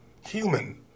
human